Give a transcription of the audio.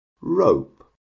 rope